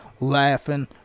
laughing